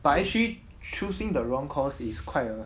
but actually choosing the wrong course is quite a